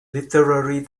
literary